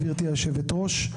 גברתי יושבת הראש,